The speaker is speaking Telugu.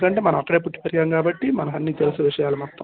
ఎందుకంటే మనం అక్కడే పుట్టి పెరిగాం కాబట్టి మనకు అన్ని తెలుసు విషయాలు మొత్తం